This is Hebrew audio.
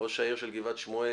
ראש העיר של גבעת שמואל,